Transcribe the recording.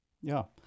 Ja